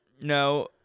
No